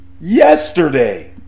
yesterday